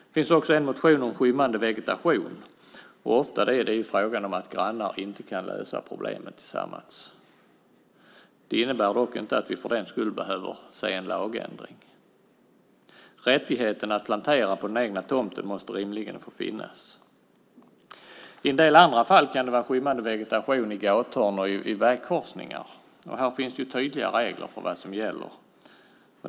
Det finns också en motion om skymmande vegetation. Ofta är det fråga om att grannar inte kan lösa problemen tillsammans. Det innebär dock inte att det för den skull behöver ske någon lagändring. Rättigheten att plantera på den egna tomten måste rimligen få finnas. I en del andra fall kan det handla om skymmande vegetation i gathörn och i vägkorsningar. Här finns det tydliga regler för vad som gäller.